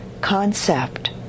concept